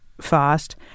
fast